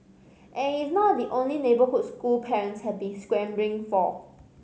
and it is not the only neighbourhood school parents have been scrambling for